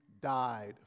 died